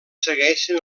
segueixen